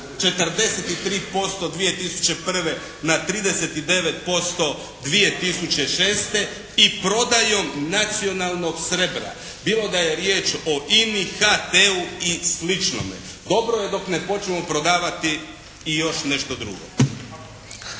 43% 2001. na 39% 2006. i prodajom nacionalnog srebra. Bilo da je riječ o INA-i, HT-u i sličnome. Dobro je dok ne počnemo prodavati i još nešto drugo.